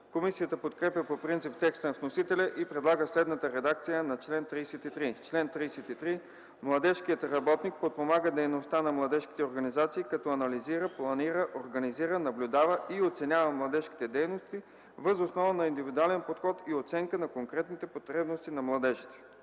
Комисията подкрепя по принцип текста на вносителя и предлага следната редакция на чл. 33: „Чл. 33. Младежкият работник подпомага дейността на младежките организации като анализира, планира, организира, наблюдава и оценява младежките дейности, въз основа на индивидуален подход и оценка на конкретните потребности на младежите.”